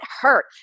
hurt